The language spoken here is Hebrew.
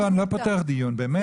לא, לא, אני לא פותח דיון, באמת.